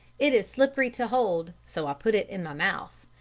it is slippery to hold, so i put it in my mouth.